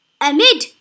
Amid